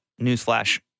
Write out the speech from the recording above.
Newsflash